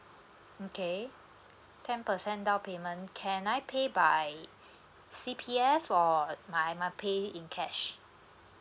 okay ten percent down payment can I pay by C_P_F or my am I pay in cash